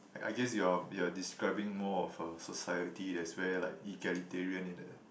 I guess you are you are describing more of a society that's where like egalitarian in the